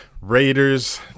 Raiders